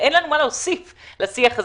אין מה להוסיף לשיח הזה.